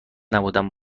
نبودم